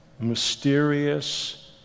mysterious